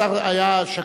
השר היה שקט.